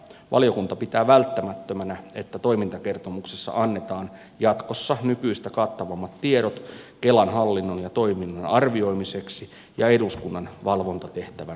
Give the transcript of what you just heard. valiokunta pitää välttämättömänä että toimintakertomuksessa annetaan jatkossa nykyistä kattavammat tiedot kelan hallinnon ja toiminnan arvioimiseksi ja eduskunnan valvontatehtävän toteuttamiseksi